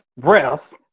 breath